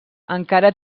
encara